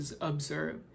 observe